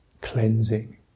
cleansing